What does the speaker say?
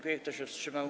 Kto się wstrzymał?